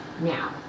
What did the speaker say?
Now